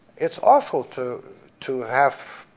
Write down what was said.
it's awful to to have